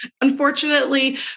unfortunately